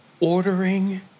ordering